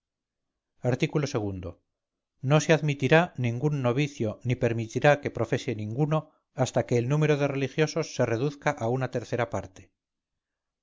art o no se admitirá ningún novicio ni permitirá que profese ninguno hasta que el número de religiosos se reduzca a una tercera parte